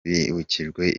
bibukijwe